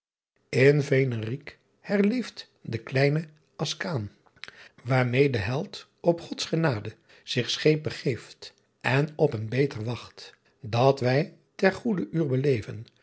eenerick herleeft de kleene skaen aarmêe de heldt op ods genade ich scheep begeeft en op een beter wacht at wy ter goeder uur beleven